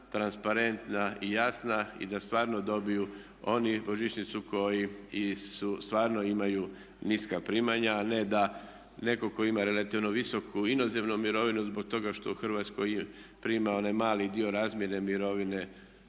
transparentna i jasna i da stvarno dobiju oni božićnicu koji stvarno imaju niska primanja a ne da netko tko ima relativno visoku inozemnu mirovinu zbog toga što u Hrvatskoj prima onaj mali dio razmjerne mirovine